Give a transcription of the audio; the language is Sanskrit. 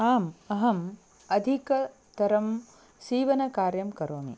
आम् अहम् अधिकतरं सीवनकार्यं करोमि